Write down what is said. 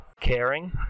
caring